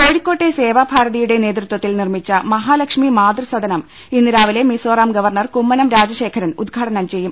കോഴിക്കോട്ടെ സേവാഭാരതിയുടെ നേതൃത്വത്തിൽ നിർമ്മിച്ച മഹാലക്ഷ്മി മാതൃസദനം ഇന്ന് രാവിലെ മിസോറാം ഗവർണർ കുമ്മനം രാജശേഖരൻ ഉദ്ഘാടനം ചെയ്യും